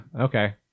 Okay